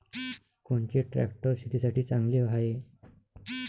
कोनचे ट्रॅक्टर शेतीसाठी चांगले हाये?